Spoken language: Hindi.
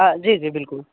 जी जी बिल्कुल